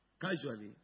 Casually